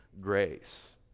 grace